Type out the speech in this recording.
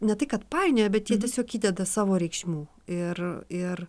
ne tai kad painioja bet jie tiesiog įdeda savo reikšmių ir ir